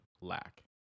lack